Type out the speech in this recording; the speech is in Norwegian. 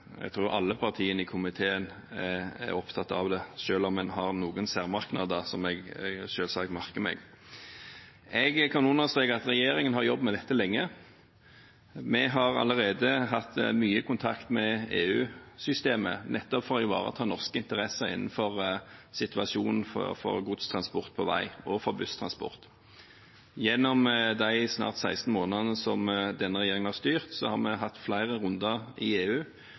jeg tror at alle partiene i komiteen er opptatt av det, selv om en har noen særmerknader, som jeg selvsagt merker meg. Jeg kan understreke at regjeringen har jobbet med dette lenge. Vi har allerede hatt mye kontakt med EU-systemet, nettopp for å ivareta norske interesser når det gjelder situasjonen for godstransport på vei og for busstransport. Gjennom de snart 16 månedene som denne regjeringen har styrt, har vi hatt flere runder i EU,